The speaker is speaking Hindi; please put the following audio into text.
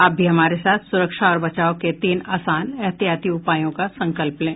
आप भी हमारे साथ सुरक्षा और बचाव के तीन आसान एहतियाती उपायों का संकल्प लें